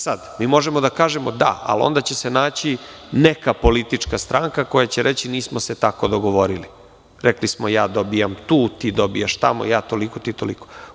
Sad, mi možemo da kažemo – da, ali onda će se naći neka politička stranka koja će reći – nismo se tako dogovorili, rekli smo – ja dobijam tu, ti dobijaš tamo, ja toliko, ti toliko.